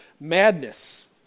Madness